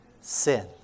Sin